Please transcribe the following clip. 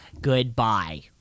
goodbye